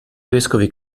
vescovi